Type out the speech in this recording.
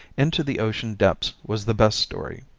into the ocean depths was the best story,